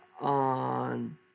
on